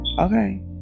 Okay